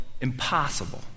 impossible